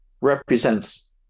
represents